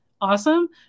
Awesome